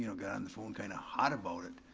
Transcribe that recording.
you know got on the phone kind of hot about it,